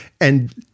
and-